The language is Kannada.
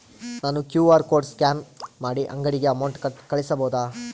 ನಾನು ಕ್ಯೂ.ಆರ್ ಕೋಡ್ ಸ್ಕ್ಯಾನ್ ಮಾಡಿ ಅಂಗಡಿಗೆ ಅಮೌಂಟ್ ಕಳಿಸಬಹುದಾ?